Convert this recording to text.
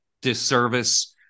disservice